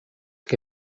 que